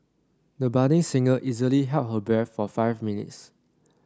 the budding singer easily held her breath for five minutes